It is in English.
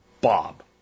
Bob